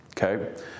Okay